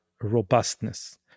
robustness